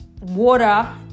water